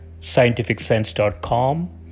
scientificsense.com